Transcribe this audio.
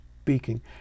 speaking